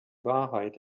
wahrheit